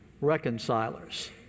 reconcilers